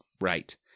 Right